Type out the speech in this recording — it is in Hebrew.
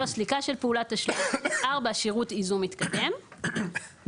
סליקה של פעולת תשלום ; (4) שירות ייזום מתקדם ; ועכשיו,